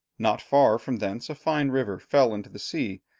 not far from thence a fine river fell into the sea,